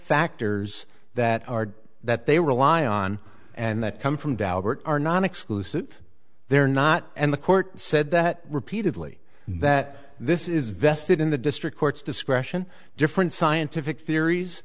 factors that are that they rely on and that come from daubert are non exclusive they're not and the court said that repeatedly that this is vested in the district courts discretion different scientific theories